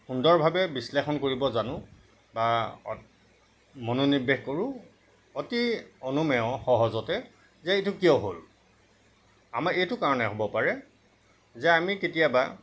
সুন্দৰভাৱে বিশ্লেষণ কৰিব জানো বা মনোনিৱেশ কৰোঁ অতি অনুমেয় সহজতে যে এইটো কিয় হ'ল আমাৰ এইটো কাৰণে হ'ব পাৰে যে আমি কেতিয়াবা